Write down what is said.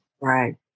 Right